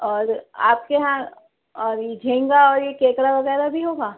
اور آپ کے یہاں اور یہ جھیگا اور یہ کیکڑا وغیرہ بھی ہوگا